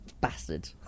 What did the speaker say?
Bastard